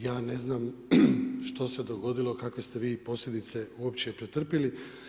Ja ne znam što se dogodilo, kakve ste vi posljedice uopće pretrpili.